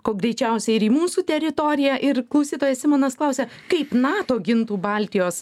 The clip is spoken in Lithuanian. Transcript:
ko greičiausiai ir į mūsų teritoriją ir klausytojas simonas klausia kaip nato gintų baltijos